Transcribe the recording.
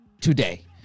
today